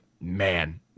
man